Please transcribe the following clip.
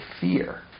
fear